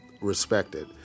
respected